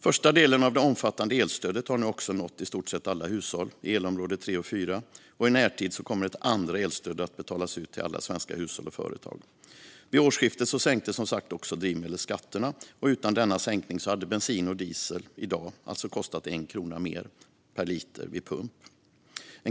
Första delen av det omfattande elstödet har nu nått i stort sett alla hushåll i elområde 3 och 4, och i närtid kommer ett andra elstöd att betalas ut till alla svenska hushåll och företag. Vid årsskiftet sänktes som sagt också drivmedelsskatterna, och utan denna sänkning hade bensin och diesel i dag alltså kostat en krona mer per liter vid pump.